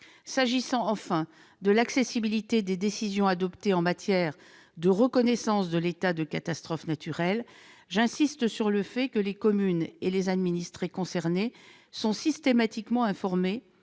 S'agissant enfin de l'accessibilité des décisions adoptées en matière de reconnaissance de l'état de catastrophe naturelle, j'insiste sur le fait que les communes et les administrés concernés sont systématiquement informés